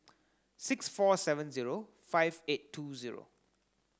six four seven zero five eight two zero